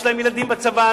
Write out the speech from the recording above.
יש להם ילדים בצבא,